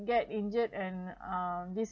get injured and uh this